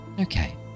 Okay